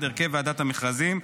הרכב ועדת המכרזים,